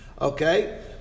Okay